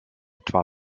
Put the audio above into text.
etwa